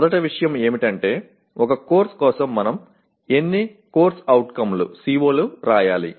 మొదటి విషయం ఏమిటంటే ఒక కోర్సు కోసం మనం ఎన్ని CO లు వ్రాయాలి